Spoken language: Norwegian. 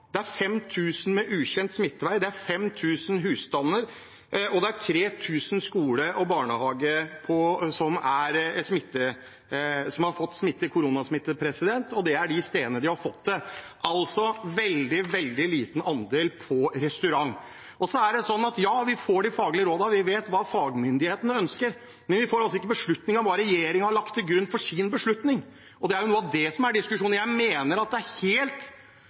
skole og barnehage som har fått koronasmitte. Det er de stedene de har fått det – altså en veldig liten andel på restaurant. Ja, vi får de faglige rådene, vi vet hva fagmyndighetene ønsker, men vi får ikke vite hva regjeringen har lagt til grunn for sin beslutning, og det er jo noe av det som er diskusjonen. Jeg mener at det er helt